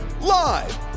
Live